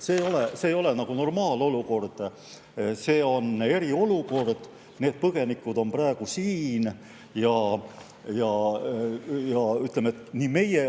See ei ole normaalolukord, see on eriolukord. Need põgenikud on praegu siin, ja ütleme, nii meie